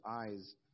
eyes